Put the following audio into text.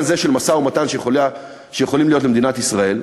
הזה של משא-ומתן שיכולים להיות למדינת ישראל,